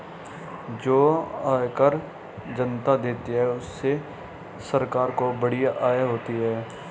जो आयकर जनता देती है उससे सरकार को बड़ी आय होती है